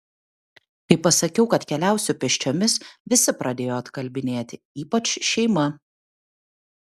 kai pasakiau kad keliausiu pėsčiomis visi pradėjo atkalbinėti ypač šeima